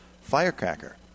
firecracker